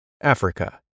Africa